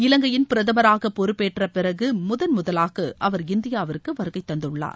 இலங்கையின் பிரதமராக பொறுப்பேற்ற பிறகு முதன் முதலாக அவர் இந்தியாவிற்கு வருகை தந்துள்ளார்